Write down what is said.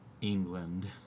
England